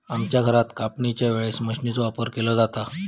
आमच्या घरात कापणीच्या वेळेक मशीनचो वापर केलो जाता